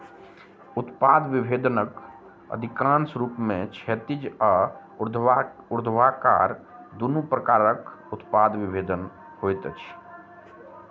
उत्पाद विभेदनक अधिकांश रूपमे क्षैतिज आ ऊर्ध्वा ऊर्ध्वाकार दुनू प्रकारक उत्पाद विभेदन होइत अछि